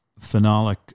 phenolic